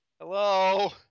Hello